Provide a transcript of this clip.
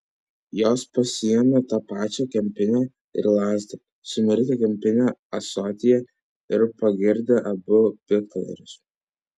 jos pasiėmė tą pačią kempinę ir lazdą sumirkė kempinę ąsotyje ir pagirdė abu piktadarius